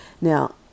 Now